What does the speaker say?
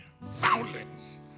violence